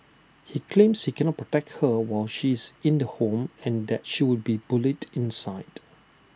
he claims he cannot protect her while she is in the home and that she would be bullied inside